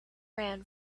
ran